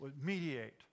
mediate